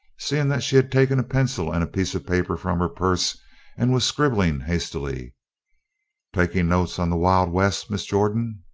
seeing that she had taken a pencil and a piece of paper from her purse and was scribbling hastily taking notes on the wild west, miss jordan?